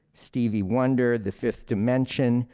stevie wonder, the fifth dimension,